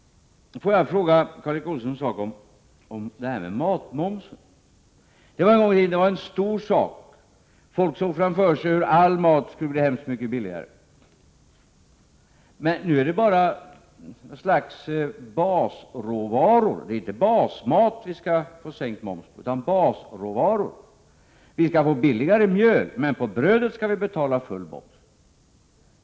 Får jag fråga Karl Erik Olsson en annan sak, om detta med matmomsen? Detta var en gång en stor sak — folk såg framför sig hur all mat skulle bli mycket billigare. Nu är det bara fråga om något slags basråvaror — det är inte basmat som vi skall få sänkt moms på utan basråvaror. Vi skall få billigare mjöl, men på brödet skall vi betala full moms.